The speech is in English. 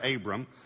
Abram